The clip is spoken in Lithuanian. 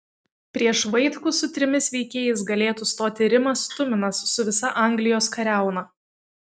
prieš vaitkų su trimis veikėjais galėtų stoti rimas tuminas su visa anglijos kariauna